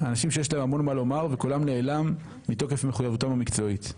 אנשים שיש להם המון מה לומר וקולם נעלם מתוקף מחויבותם המקצועית.